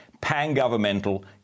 pan-governmental